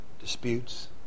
disputes